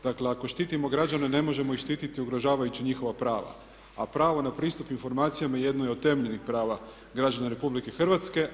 Dakle, ako štitimo građane ne možemo ih štititi ugrožavajući njihova prava, a pravo na pristup informacijama jedno je od temeljnih prava građana Republike Hrvatske.